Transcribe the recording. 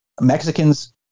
Mexicans